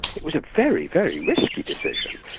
it was a very, very risky decision,